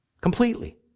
Completely